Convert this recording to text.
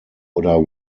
oder